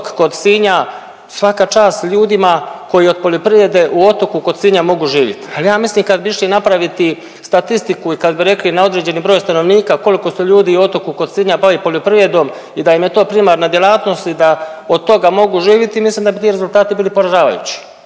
Otok kod Sinja, svaka čast ljudima koji od poljoprivredne u Otoku kod Sinja mogu živjet, ali ja mislim kad bi išli napraviti statistiku i kad bi rekli na određeni broj stanovnika koliko se ljudi u Otoku kod Sinja bavi poljoprivrednom i da im je to primarna djelatnost i da od toga mogu živiti mislim da bi ti rezultati bili poražavajući,